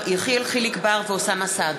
ההודעה של ועדת הכנסת אושרה.